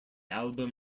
album